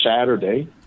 Saturday